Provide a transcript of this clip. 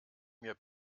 mir